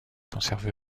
conservé